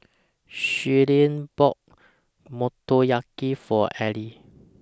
Shellie bought Motoyaki For Elie